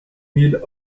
mille